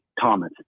Thomas